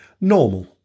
NORMAL